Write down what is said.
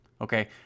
Okay